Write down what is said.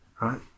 Right